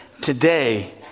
today